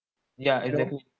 ya exactly